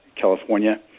California